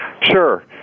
Sure